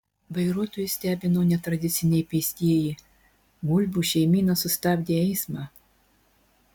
vairuotojus stebino netradiciniai pėstieji gulbių šeimyna sustabdė eismą